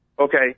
Okay